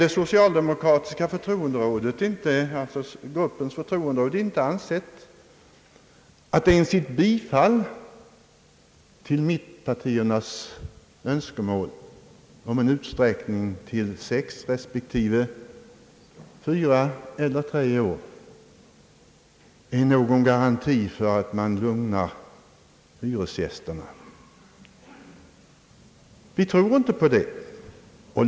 Den socialdemokratiska gruppens förtroenderåd har inte ansett att ett bifall till mittenpartiernas önskemål om en utsträckning till sex respektive fyra eller tre år ger någon garanti för att man lugnar hyresgästerna.